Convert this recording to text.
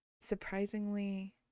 surprisingly